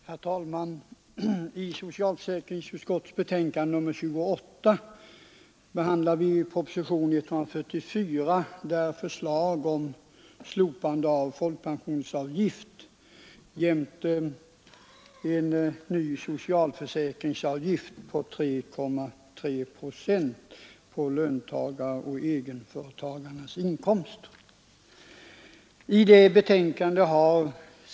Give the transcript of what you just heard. Herr talman! I socialförsäkringsutskottets betänkande nr 28 behandlas propositionen 144 med förslag om slopande av folkpensionsavgift och införande av en ny socialförsäkringsavgift på 3,3 procent som debiteras arbetsgivare och egenföretagare.